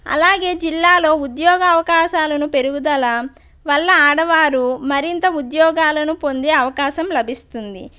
అలాగే జిల్లాలో ఉద్యోగ అవకాశాలను పెరుగుదల వల్ల ఆడవారు మరింత ఉద్యోగాలను పొందే అవకాశం లభిస్తుంది